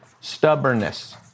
Stubbornness